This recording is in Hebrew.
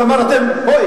ואמר: הו,